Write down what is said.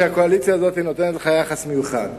שהקואליציה הזאת נותנת לך יחס מיוחד,